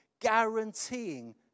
guaranteeing